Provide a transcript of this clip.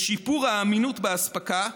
משיפור האמינות באספקה,